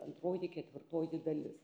antroji ketvirtoji dalis